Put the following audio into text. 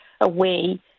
away